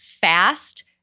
fast